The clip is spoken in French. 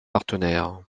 partenaires